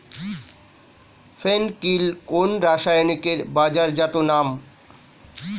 ফেন কিল কোন রাসায়নিকের বাজারজাত নাম?